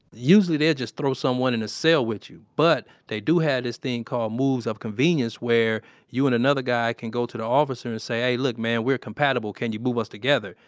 usually, they'll just throw someone in a cell with you, but they do have this thing called moves of convenience where you and another guy can go to the officer and say, hey, look, man, we are compatible. can you move us together?